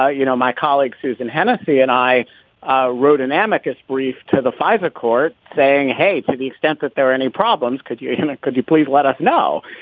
ah you know, my colleague susan hennessey and i wrote an an amicus brief to the fisa court saying, hey, to the extent that. there are any problems. could you kind of could you please let us know?